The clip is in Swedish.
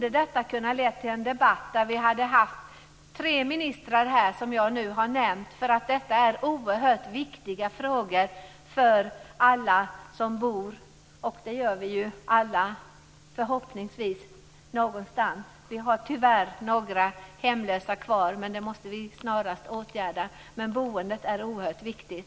Men detta borde ha lett till en debatt med tre ministrar närvarande. Detta är oerhört viktiga frågor för alla som bor. Vi bor ju alla förhoppningsvis någonstans. Det finns tyvärr några hemlösa, och det måste vi snarast åtgärda. Boendet är oerhört viktigt.